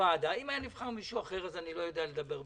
אם היה נבחר מישהו אחר, אני לא יודע לדבר בשמו,